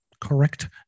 correct